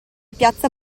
piazza